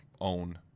own